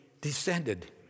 descended